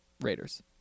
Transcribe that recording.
Raiders